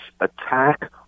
attack